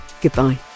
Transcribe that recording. goodbye